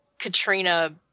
katrina